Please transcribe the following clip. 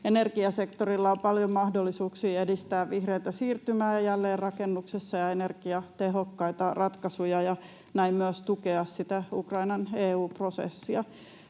Energiasektorilla on paljon mahdollisuuksia edistää vihreätä siirtymää ja jälleenrakennusta ja energiatehokkaita ratkaisuja ja näin myös tukea sitä Ukrainan EU-prosessia.